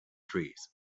trees